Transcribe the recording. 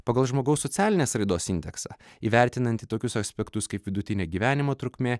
pagal žmogaus socialinės raidos indeksą įvertinantį tokius aspektus kaip vidutinė gyvenimo trukmė